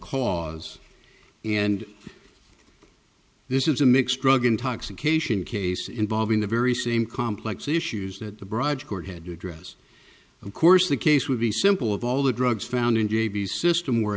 cause and this is a mixed drug intoxication case involving the very same complex issues that the broad court had to address of course the case would be simple of all the drugs found in j b system were